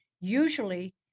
usually